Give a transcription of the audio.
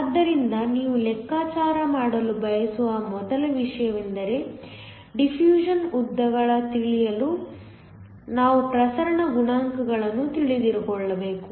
ಆದ್ದರಿಂದ ನೀವು ಲೆಕ್ಕಾಚಾರ ಮಾಡಲು ಬಯಸುವ ಮೊದಲ ವಿಷಯವೆಂದರೆ ಡಿಫ್ಯೂಷನ್ ಉದ್ದಗಳ ತಿಳಿಯಲು ನಾವು ಪ್ರಸರಣ ಗುಣಾಂಕಗಳನ್ನು ತಿಳಿದುಕೊಳ್ಳಬೇಕು